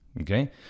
Okay